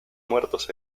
muertos